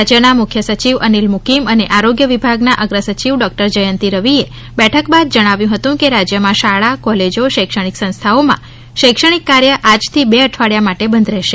રાજયના મુખ્ય સચિવ અનિલ મુકીમ અને આરોગ્ય વિભાગના અગ્ર સચિવ ડોકટર જયંતીરવિએ બેઠક બાદ જણાવ્યું હતું કે રાજયમાં શાળા કોલેજો શૈક્ષણિક સંસ્થાઓમાં શૈક્ષણિક કાર્ય આજથી બે અઠવાડીયા માટે બંધ રહેશે